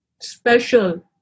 special